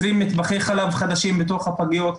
20 מטבחי חלב חדשים בתוך הפגיות,